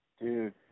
Dude